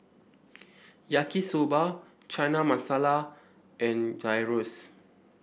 Yaki Soba Chana Masala and Gyros